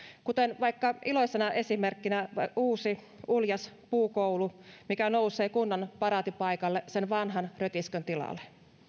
kuten vaikka iloisena esimerkkinä uusi uljas puukoulu mikä nousee kunnan paraatipaikalle sen vanhan rötiskön tilalle